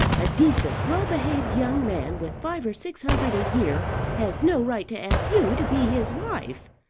a decent well-behaved young man with five or six hundred a year has no right to ask you to be his wife!